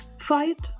fight